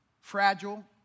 fragile